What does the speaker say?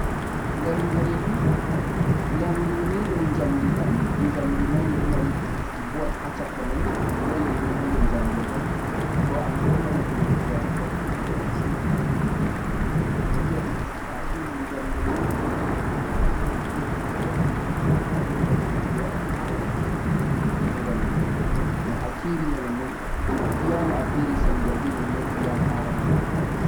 lenguri ni dhum jandhi on jamdhi mai dhi do mari ball ha chaka mai ball ye ghel ma ghel jamghel on so anbo do mari jungo jeh a jogata to'a jogi sai a fiya dhum to'a fiyi mai jamghel ha der mai koboh lenguru sai ghel fiya bandu jamdhi mai sai jamdhi mai wada kara sosai sai himbe dinga nanugo no'a fiyiri mai iya sembe no'a fiyiri iya kara mai